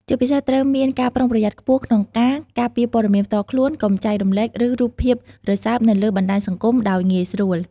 ជាពិសេសត្រូវមានការប្រុងប្រយ័ត្នខ្ពស់ក្នុងការ ការពារព័ត៌មានផ្ទាល់ខ្លួន កុំចែករំលែក ឬរូបភាពរសើបនៅលើបណ្តាញសង្គមដោយងាយស្រួល។